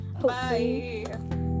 Bye